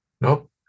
Nope